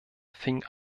fing